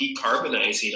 decarbonizing